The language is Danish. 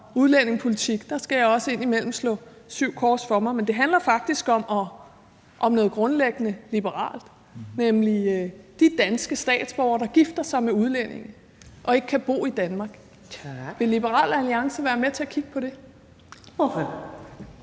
udlændingepolitik. Der skal jeg indimellem også slå syv kors for mig. Men det handler faktisk om noget grundlæggende liberalt, nemlig om de danske statsborgere, der gifter sig med udlændinge og ikke kan bo i Danmark. Vil Liberal Alliance være med til at kigge på det? Kl.